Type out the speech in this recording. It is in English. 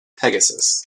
pegasus